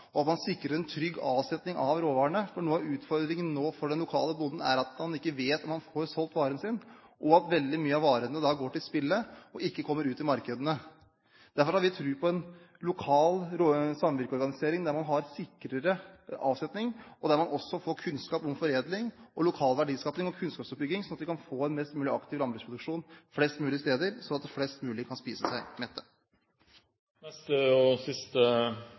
og at man sikrer en trygg avsetning av råvarene. For noe av utfordringen nå for den lokale bonden er at han ikke vet om han får solgt varene sine, og at veldig mye av varene da går til spille og ikke kommer ut i markedene. Derfor har vi tro på en lokal samvirkeorganisering, der man har sikrere avsetning, og der man også får kunnskap om foredling og får lokal verdiskapning og kunnskapsoppbygging, slik at man kan få en mest mulig aktiv landbruksproduksjon flest mulig steder, slik at flest mulig mennesker kan spise seg